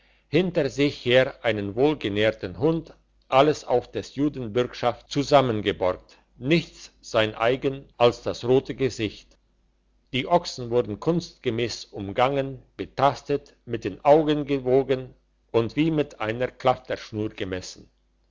hinter sich her einen wohlgenährten hund alles auf des juden bürgschaft zusammengeborgt nichts sein eigen als das rote gesicht die ochsen wurden kunstmässig umgangen betastet mit den augen gewogen und wie mit einer klafterschnur gemessen